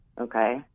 okay